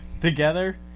Together